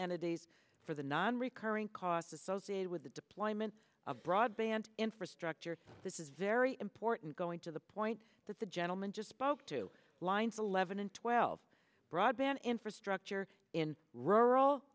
days for the non recurring costs associated with the deployment of broadband infrastructure this is very important going to the point that the gentleman just spoke to lines eleven and twelve broadband infrastructure in rural